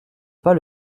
pas